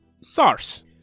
Sars